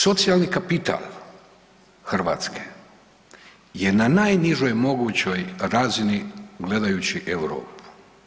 Socijalni kapital Hrvatske je na najnižoj mogućnoj razini gledajući Europu.